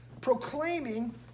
proclaiming